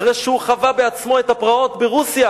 אחרי שהוא חווה בעצמו את הפרעות ברוסיה,